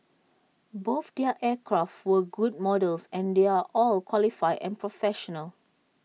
both their aircraft were good models and they're all qualified and professional